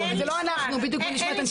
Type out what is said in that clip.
להפעיל.